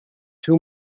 too